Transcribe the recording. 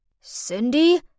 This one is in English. cindy